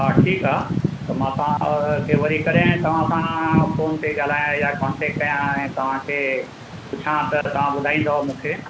हा ठीकु आहे त मां तव्हां खे वरी कॾहिं तव्हां सां फोन ते ॻाल्हायां या कॉन्टेक्ट कयां ऐं तव्हांखे पुछां त तव्हां ॿुधाईंदो मूंखे